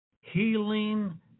Healing